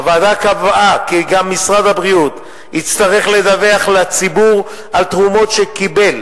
הוועדה קבעה כי גם משרד הבריאות יצטרך לדווח לציבור על תרומות שקיבל